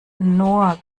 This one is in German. nur